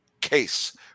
case